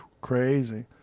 Crazy